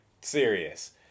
serious